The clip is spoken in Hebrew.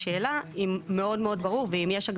השאלה אם מאוד מאוד ברור ואם יש,